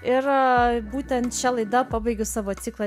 ir būtent šia laida pabaigiu savo ciklą